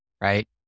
right